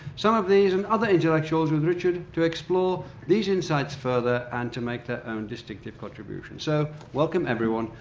some of these and other intellectuals with richard, to explore these insights further and to make their own distinctive contributions. so, welcome, everyone,